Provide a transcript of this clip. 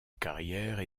carrière